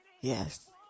Yes